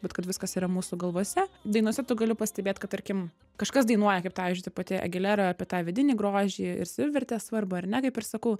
bet kad viskas yra mūsų galvose dainose tu gali pastebėti kad tarkim kažkas dainuoja kaip pavyzdžiui ta pati agilera apie tą vidinį grožį ir savivertės svarbą ar ne kaip ir sakau